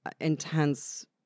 intense